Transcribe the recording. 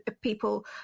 people